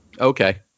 Okay